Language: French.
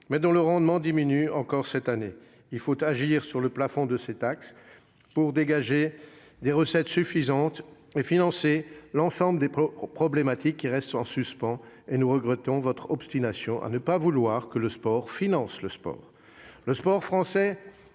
taxes dont le rendement diminue encore cette année. Il faut agir sur le plafond de ces taxes pour dégager des recettes suffisantes et financer l'ensemble des problématiques qui restent en suspens. À cet égard, nous regrettons votre obstination à ne pas vouloir que « le sport finance le sport »! Le sport français